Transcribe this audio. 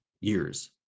years